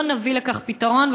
לא נביא לכך פתרון,